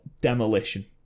Demolition